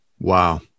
Wow